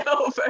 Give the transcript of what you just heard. over